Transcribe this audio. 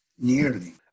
nearly